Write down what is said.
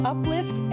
Uplift